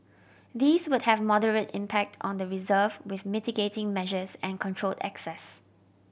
these would have moderate impact on the reserve with mitigating measures and controlled access